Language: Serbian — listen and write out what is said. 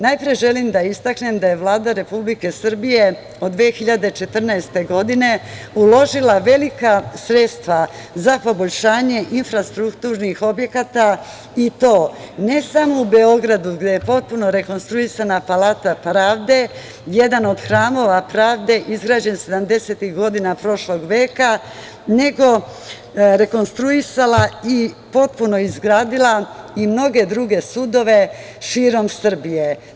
Najpre, želim da istaknem da je Vlada Republike Srbije od 2014. godine uložila velika sredstva za poboljšanje infrastrukturnih objekata i to, ne samo u Beogradu gde je potpuno rekonstruisana Palata Pravde, jedan od hramova pravde izgrađen sedamdesetih godina prošlog veka, nego rekonstruisala i potpuno izgradila i mnoge druge sudove širom Srbije.